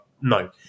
No